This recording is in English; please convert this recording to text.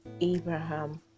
Abraham